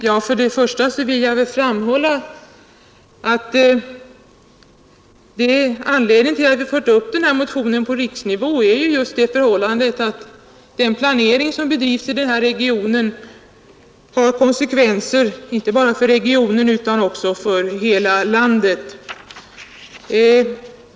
Herr talman! Jag vill först och främst framhålla att vi har fört upp denna fråga på riksplanet därför att den planering som bedrivs i denna region får konsekvenser inte bara för regionen utan också för hela landet.